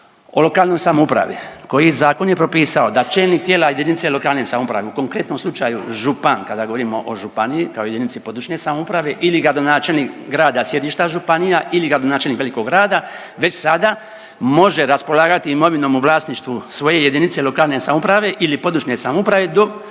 o lokalnoj samoupravi koji zakon je propisao da čelnik tijela jedinice lokalne samouprave u konkretnom slučaju, župan kada govorimo o županiji kao jedinici područne samouprave ili gradonačelnik grada sjedišta županija ili gradonačelnik velikog grada već sada može raspolagati imovinom u vlasništvu svoje jedinice lokalne samouprave ili područne samouprave, dok